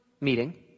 meeting